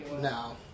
No